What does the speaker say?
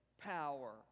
Power